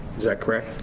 is that correct?